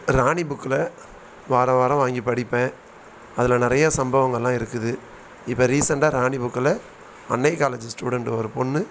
ராணி புக்கில் வாரம் வாரம் வாங்கி படிப்பேன் அதில் நிறையா சம்பவங்கள் எல்லாம் இருக்குது இப்போ ரீசெண்ட்டாக ராணி புக்கில் அன்னை காலேஜி ஸ்டூடண்ட்டு ஒரு பொண்ணு